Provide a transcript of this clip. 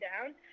down